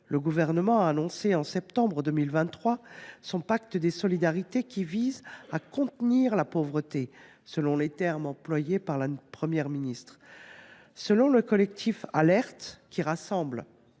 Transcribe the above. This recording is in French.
Le Gouvernement a annoncé en septembre 2023 son pacte des solidarités, qui vise à « contenir la pauvreté », pour reprendre les termes de la Première ministre. Selon le collectif Alerte, qui rassemble